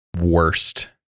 worst